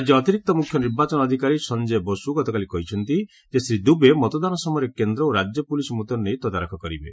ରାଜ୍ୟ ଅତିରିକ୍ତ ମୁଖ୍ୟ ନିର୍ବାଚନ ଅଧିକାରୀ ସଂଜୟ ବସ୍କୁ ଗତକାଲି କହିଛନ୍ତି ଯେ ଶ୍ରୀ ଦୁବେ ମତଦାନ ସମୟରେ କେନ୍ଦ୍ର ଓ ରାଜ୍ୟ ପୁଲିସ୍ ମୁତୟନ ନେଇ ତଦାରଖ କରିବେ